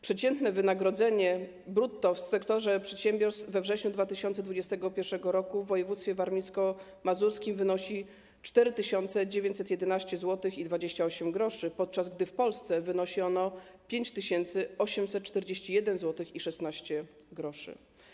Przeciętne wynagrodzenie brutto w sektorze przedsiębiorstw we wrześniu 2021 r. w województwie warmińsko-mazurskim wynosiło 4911,28 zł, podczas gdy w Polsce wynosiło ono 5841,16 zł.